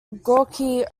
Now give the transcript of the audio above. gorky